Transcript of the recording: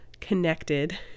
connected